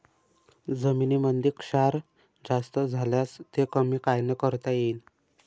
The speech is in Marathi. जमीनीमंदी क्षार जास्त झाल्यास ते कमी कायनं करता येईन?